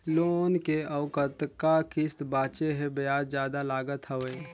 Loan के अउ कतका किस्त बांचें हे? ब्याज जादा लागत हवय,